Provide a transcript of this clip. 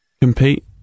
Compete